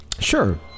Sure